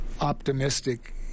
optimistic